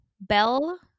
bell